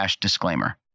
disclaimer